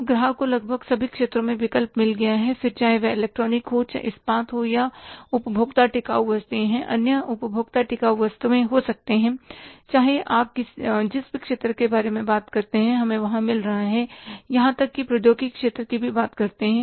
अब ग्राहक को लगभग सभी क्षेत्रों में विकल्प मिल गया है कि फिर चाहे यह इलेक्ट्रॉनिक हो इस्पात हो या यह उपभोक्ता टिकाऊ वस्तुएँ है अन्य उपभोक्ता टिकाऊ वस्तुएँ हो सकते है चाहे आप जिस भी क्षेत्र के बारे में बात करते हैं हमें वहां मिल रहा है यहां तक कि प्रौद्योगिकी क्षेत्र की भी बात कर सकते हैं